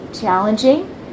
challenging